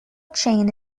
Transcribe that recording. chain